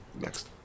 Next